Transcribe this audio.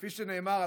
כפי שנאמר,